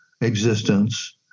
existence